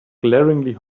glaringly